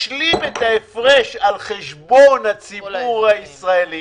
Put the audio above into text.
ישלים את ההפרש על חשבון הציבור הישראלי